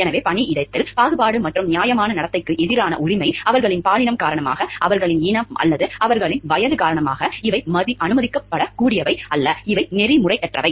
எனவே பணியிடத்தில் பாகுபாடு மற்றும் நியாயமான நடத்தைக்கு எதிரான உரிமை அவர்களின் பாலினம் காரணமாக அவர்களின் இனம் அல்லது அவர்களின் வயது காரணமாக இவை அனுமதிக்கப்படக்கூடியவை அல்ல இவை நெறிமுறையற்றவை